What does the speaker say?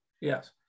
Yes